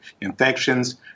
infections